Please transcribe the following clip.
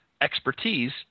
expertise